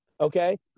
Okay